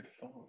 phone